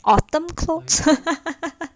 autumn clothes